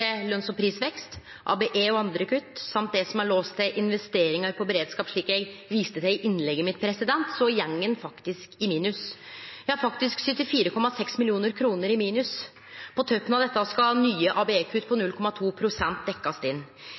lønns- og prisvekst, ABE-kutt og andre kutt og det som er låst til investering i beredskap, slik eg viste til i innlegget mitt, så går ein faktisk i minus. Det er 74,6 mill. kr i minus. På toppen av dette skal nye ABE-kutt på 0,2 pst. dekkjast inn.